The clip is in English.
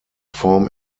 form